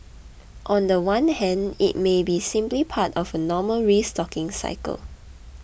on the one hand it may be simply part of a normal restocking cycle